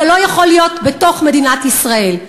אבל זה לא יכול להיות בתוך מדינת ישראל.